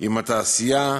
עם התעשייה,